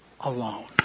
alone